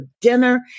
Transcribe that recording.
dinner